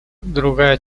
другая